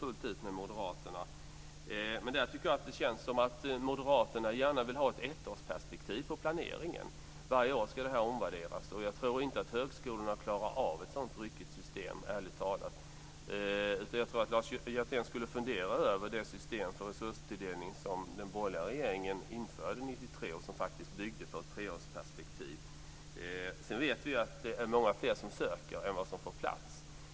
Här tycker jag dock att det känns som om Moderaterna gärna vill ha ett ettårsperspektiv på planeringen. Varje år ska detta omvärderas. Jag tror ärligt talat inte att högskolorna klarar av ett så ryckigt system. Jag tror att Lars Hjertén borde fundera över det system för resurstilldelning som den borgerliga regeringen införde 1993 och som faktiskt byggde på ett treårsperspektiv. Sedan vet vi att det är många fler som söker än vad som får plats.